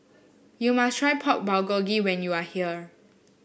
you must try Pork Bulgogi when you are here